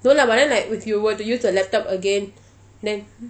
no lah but then like if you were to use the laptop again then